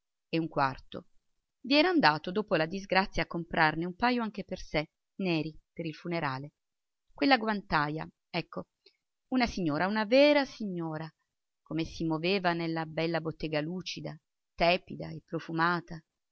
e un quarto i era andato dopo la disgrazia a comperarne un pajo anche per sé neri per il funerale quella guantaja ecco una signora una vera signora come si moveva nella bella bottega lucida tepida e profumata